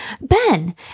Ben